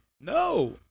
No